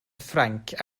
ffrainc